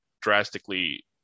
drastically